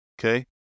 okay